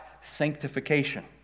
sanctification